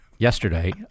Yesterday